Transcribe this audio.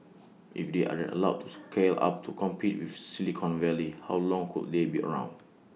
if they aren't allowed to scale up to compete with Silicon Valley how long could they be around